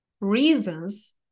reasons